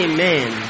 Amen